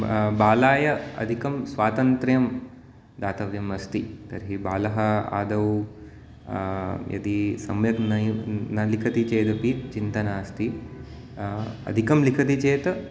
बालाय अधिकं स्वातन्त्र्यं दातव्यम् अस्ति तर्हि बालः आदौ यदि सम्यक् नयु न लिखति चेदपि चिन्ता नास्ति अधिकं लिखति चेत्